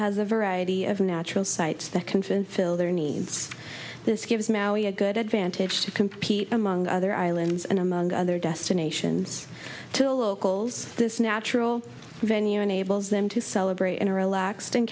has a variety of natural sites that can fit fill their needs this gives a good advantage to compete among other islands and among other destinations to locals this natural venue enables them to celebrate in a relaxed and